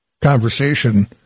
conversation